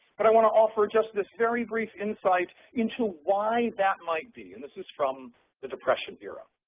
but i want to offer just this very brief insight into why that might be, and this is from the depression era